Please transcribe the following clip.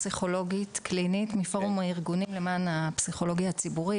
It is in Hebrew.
פסיכולוגית קלינית מפורום הארגונים למען הפסיכולוגיה הציבורית.